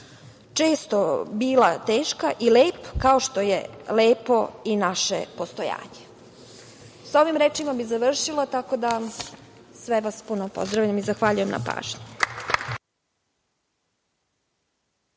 često bila teška i lep kao što je lepo i naše postojanje. Sa ovim rečima bih završila, tako da sve vas puno pozdravljam i zahvaljujem na pažnji.